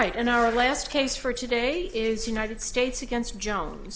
right in our last case for today is united states against jo